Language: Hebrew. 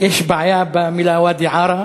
בעיה במילה "ואדי עארה".